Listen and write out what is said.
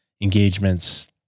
engagements